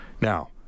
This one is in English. Now